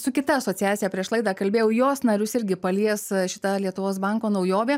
su kita asociacija prieš laidą kalbėjau jos narius irgi palies šita lietuvos banko naujovė